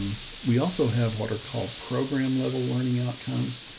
we also have what are called program level learning outcomes,